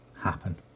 happen